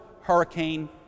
hurricane